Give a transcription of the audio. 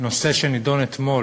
נושא שנדון אתמול